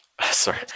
Sorry